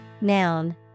noun